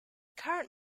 current